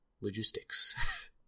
logistics